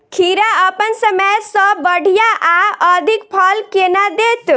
खीरा अप्पन समय सँ बढ़िया आ अधिक फल केना देत?